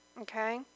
okay